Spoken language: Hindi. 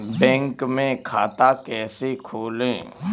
बैंक में खाता कैसे खोलें?